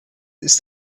ist